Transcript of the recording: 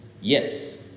yes